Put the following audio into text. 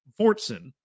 Fortson